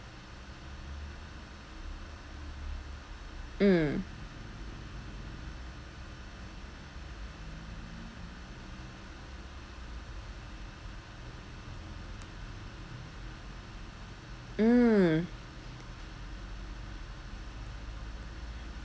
mm mm